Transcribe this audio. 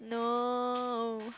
no